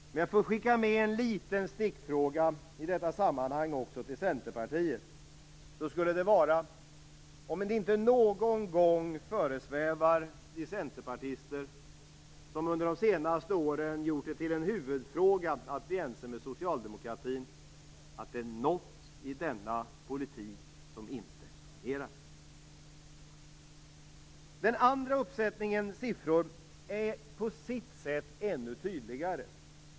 Om jag också skulle skicka med en liten stickfråga i detta sammanhang till Centerpartiet skulle den lyda: Föresvävar det inte någon gång er centerpartister, som under de senaste åren gjort det till en huvudfråga att bli ense med socialdemokratin, att det är något i denna politik som inte fungerar? Den andra uppsättningen siffror är på sitt sätt ännu tydligare.